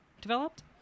developed